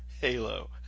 Halo